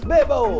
Bebo